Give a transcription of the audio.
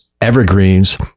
evergreens